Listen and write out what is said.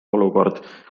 olukord